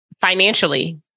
financially